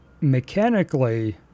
Mechanically